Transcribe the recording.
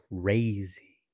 crazy